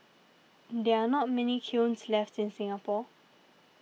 there are not many kilns left in Singapore